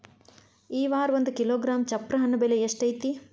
ಈ ವಾರ ಒಂದು ಕಿಲೋಗ್ರಾಂ ಚಪ್ರ ಹಣ್ಣ ಬೆಲೆ ಎಷ್ಟು ಐತಿ?